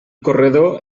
corredor